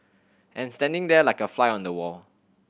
and standing there like a fly on the wall